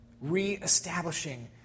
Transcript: Re-establishing